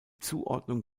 zuordnung